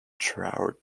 trout